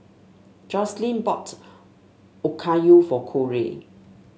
Jocelynn bought Okayu for Korey